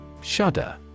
Shudder